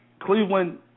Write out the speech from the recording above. Cleveland –